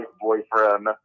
boyfriend